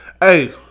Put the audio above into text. Hey